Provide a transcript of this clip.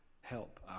help